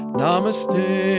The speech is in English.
namaste